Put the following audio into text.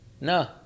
No